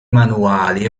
manuali